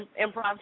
improv